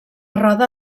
roda